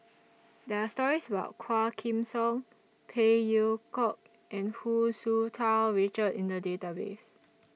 There Are stories about Quah Kim Song Phey Yew Kok and Hu Tsu Tau Richard in The Database